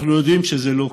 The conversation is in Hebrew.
אנחנו יודעים שזה לא כך.